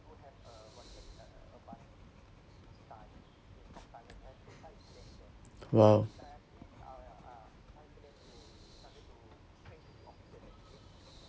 !wow!